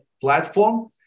Platform